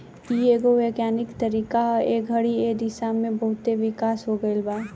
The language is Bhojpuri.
इ एगो वैज्ञानिक तरीका ह ए घड़ी ए दिशा में बहुते विकास हो गईल बा